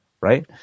right